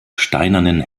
steinernen